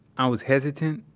i was hesitant,